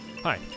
Hi